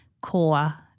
core